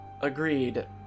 agreed